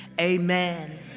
Amen